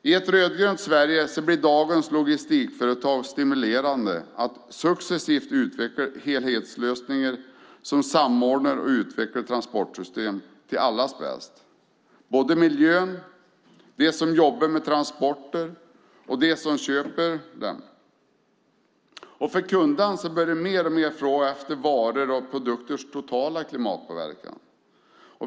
I ett rödgrönt Sverige blir dagens logistikföretag stimulerade att successivt utveckla helhetslösningar som samordnar och utvecklar transportsystem för allas bästa - inklusive miljön, de som jobbar med transport och de som köper den. Det är bra även för kunderna, som mer och mer börjar efterfråga varors och produkters totala klimatpåverkan.